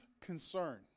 concern